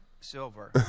Silver